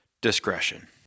discretion